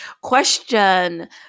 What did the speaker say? question